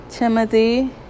Timothy